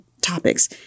topics